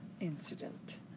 incident